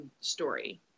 story